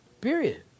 Period